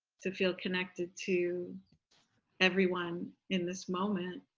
to feel connected to everyone in this moment.